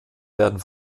werden